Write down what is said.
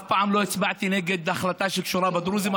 אף פעם לא הצבעתי נגד החלטה שקשורה בדרוזים,